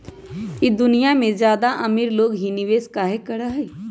ई दुनिया में ज्यादा अमीर लोग ही निवेस काहे करई?